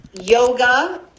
yoga